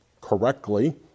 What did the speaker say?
correctly